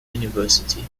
university